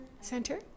Center